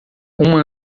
uma